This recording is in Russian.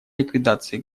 ликвидации